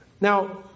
Now